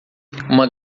uma